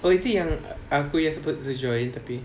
oh is it yang aku supposed to join tapi